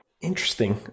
Interesting